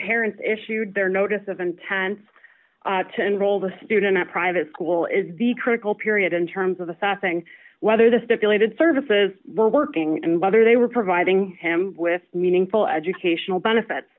parents issued their notice of intent to enroll the student at private school is the critical period in terms of the thought thing whether the stipulated services were working and whether they were providing him with meaningful educational benefits